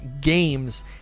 games